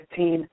2015